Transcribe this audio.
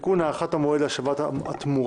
(תיקון) (הארכת המועד להשבת התמורה),